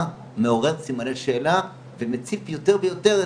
מעוררים סימני שאלה ומציפים יותר ויותר,